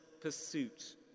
pursuit